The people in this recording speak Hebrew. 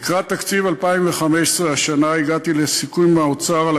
לקראת תקציב 2015 הגעתי לסיכום עם האוצר על